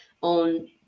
on